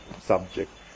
subject